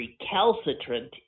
recalcitrant